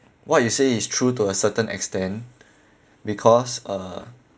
what you say is true to a certain extent because uh